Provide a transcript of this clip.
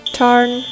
turn